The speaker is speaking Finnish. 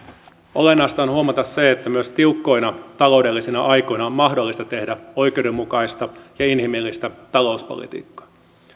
olennaista on huomata se että myös tiukkoina taloudellisina aikoina on mahdollista tehdä oikeudenmukaista ja inhimillistä talouspolitiikkaa